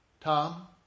Tom